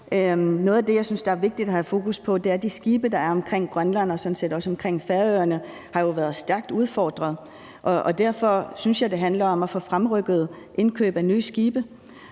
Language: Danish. Noget af det, jeg synes det er vigtigt at have fokus på, er, at de skibe, der er omkring Grønland og sådan set også omkring Færøerne, jo har været stærkt udfordret. Derfor synes jeg, det handler om at få fremrykket indkøbet af nye skibe.